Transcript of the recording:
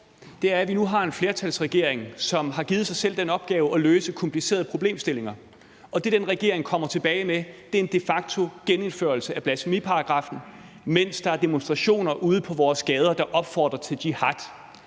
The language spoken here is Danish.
er, at vi nu har en flertalsregering, som har givet sig selv den opgave at løse komplicerede problemstillinger, og det, den regering kommer tilbage med, er en de facto genindførelse af blasfemiparagraffen, mens der er demonstrationer ude på vores gader, der opfordrer til jihad.